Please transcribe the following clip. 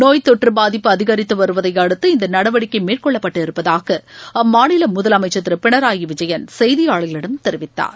நோய் தொற்றுபாதிப்பு அதிகரித்துவருவதையடுத்து இந்தநடவடிக்கைமேற்கொள்ளப்பட்டிருப்பதாகஅம்மாநிலமுதலமைச்சர் திருபினராயிவிஜயன் செய்தியாளர்களிடம் தெரிவித்தார்